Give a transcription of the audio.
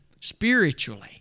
spiritually